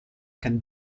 can